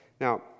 Now